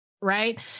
right